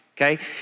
okay